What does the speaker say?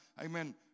amen